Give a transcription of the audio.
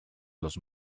los